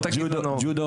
ג'ודו